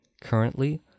Currently